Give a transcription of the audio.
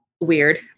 weird